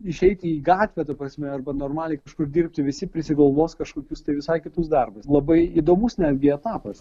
išeiti į gatvę ta prasme arba normaliai kažkur dirbti visi prisigalvos kažkokius tai visai kitus darbus labai įdomus netgi etapas